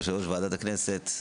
יושב-ראש ועדת הכנסת,